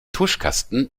tuschkasten